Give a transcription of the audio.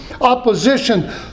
opposition